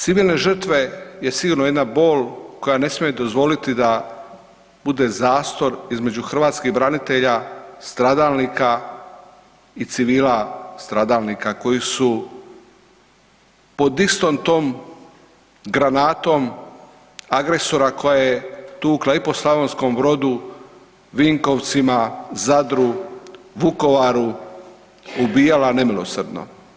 Civilne žrtve je sigurno jedna bol koja ne sme dozvoliti da bude zastor između hrvatskih branitelja, stradalnika i civilna stradalnika koji su pod istom tom granatom agresora koja je tukla i po Slavonskom Brodu, Vinkovcima, Zadru, Vukovaru ubijala nemilosrdno.